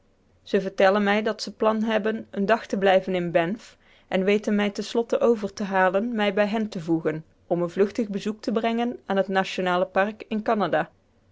ze vertellen mij dat ze plan hebben een dag te blijven in banff en weten mij eindelijk over te halen mij bij hen te voegen om een vluchtig bezoek te brengen aan het nationale park in canada